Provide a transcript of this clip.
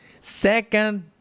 Second